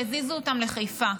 והזיזו אותם לחיפה.